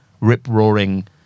rip-roaring